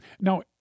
Now